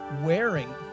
wearing